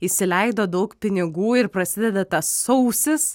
išsileido daug pinigų ir prasideda tas sausis